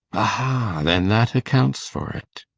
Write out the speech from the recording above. aha then that accounts for it!